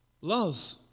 Love